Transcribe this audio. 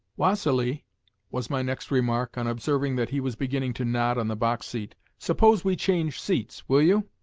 vassili, was my next remark, on observing that he was beginning to nod on the box-seat, suppose we change seats? will you?